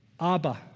Abba